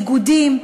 איגודים,